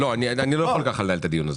אני לא יכול לנהל כך את הדיון.